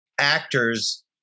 actors